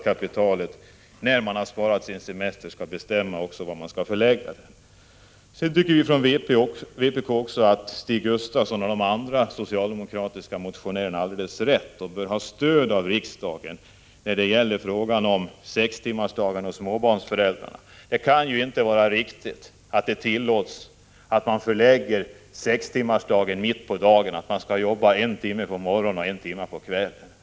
Kapitalet skall inte få bestämma var man förlägger den semester som man har sparat. Vpk tycker att Stig Gustafsson och övriga socialdemokratiska motionärer har alldeles rätt och bör få stöd av riksdagen när det gäller sextimmarsdagen för småbarnsföräldrar. Det kan inte vara riktigt att arbetsgivaren tillåts förlägga sextimmarsdagen mitt på dagen, så att ledigheten delas upp på en timme på morgonen och en timme på kvällen.